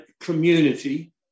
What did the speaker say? community